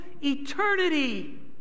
eternity